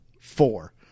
four